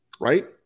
right